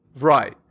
Right